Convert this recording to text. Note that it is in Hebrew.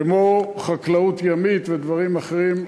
כמו חקלאות ימית ודברים אחרים,